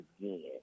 again